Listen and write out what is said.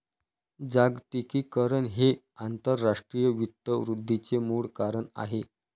जागतिकीकरण हे आंतरराष्ट्रीय वित्त वृद्धीचे मूळ कारण आहे